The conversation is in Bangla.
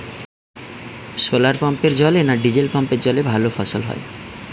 শোলার পাম্পের জলে না ডিজেল পাম্পের জলে ভালো ফসল হয়?